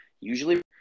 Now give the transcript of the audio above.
usually